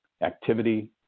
activity